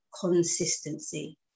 consistency